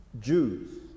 Jews